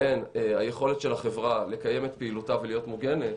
בין היכולת של החברה לקיים את פעילותה ולהיות מוגנת,